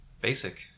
basic